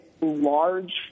large